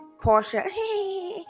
Portia